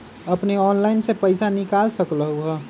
अपने ऑनलाइन से पईसा निकाल सकलहु ह?